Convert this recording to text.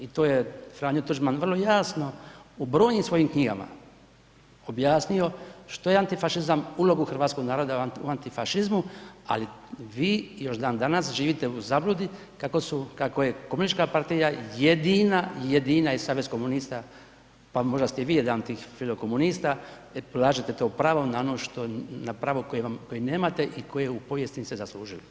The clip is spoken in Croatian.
I to je Franjo Tuđman vrlo jasno u brojnim svojim knjigama objasnio, što je antifašizam, ulogu hrvatskog naroda u antifašizmu ali vi još dandanas živite u zabludi kako je Komunistička partija jedina i Savez komunista pa možda ste i vi jedan od tih filokomunista jer polažete to pravo na ono što, na pravo koje nemate i koje u povijesti niste zaslužili.